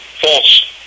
false